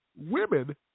women